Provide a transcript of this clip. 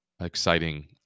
exciting